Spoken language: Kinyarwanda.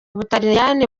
burayi